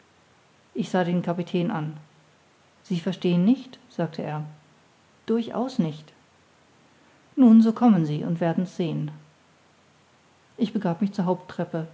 ich sah den kapitän an sie verstehen nicht sagte er durchaus nicht nun so kommen sie und werden's sehen ich begab mich zur haupttreppe